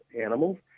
animals